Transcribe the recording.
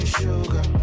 sugar